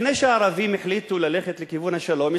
לפני שהערבים החליטו ללכת לכיוון השלום,